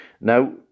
Now